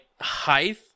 height